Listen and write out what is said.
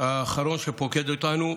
האחרון שפוקד אותנו,